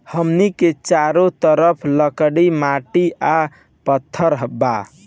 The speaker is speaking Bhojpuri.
हमनी के चारो तरफ लकड़ी माटी आ पत्थर बा